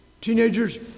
teenagers